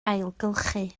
ailgylchu